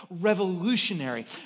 revolutionary